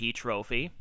trophy